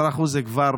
10% זה כבר,